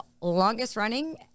longest-running